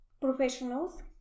professionals